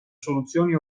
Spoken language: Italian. soluzioni